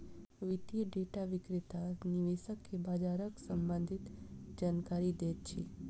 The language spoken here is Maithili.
वित्तीय डेटा विक्रेता निवेशक के बजारक सम्भंधित जानकारी दैत अछि